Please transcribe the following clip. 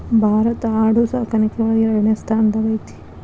ಭಾರತಾ ಆಡು ಸಾಕಾಣಿಕೆ ಒಳಗ ಎರಡನೆ ಸ್ತಾನದಾಗ ಐತಿ